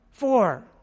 Four